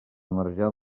marjal